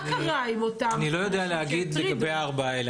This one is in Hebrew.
אני לא יודע להגיד לגבי הארבעה האלה,